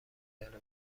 داره